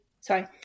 sorry